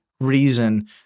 reason